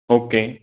okay